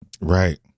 Right